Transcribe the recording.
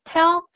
Tell